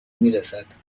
میرسد